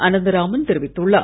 அனந்தராமன் தெரிவித்துள்ளார்